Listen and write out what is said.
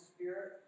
Spirit